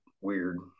weird